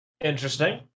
Interesting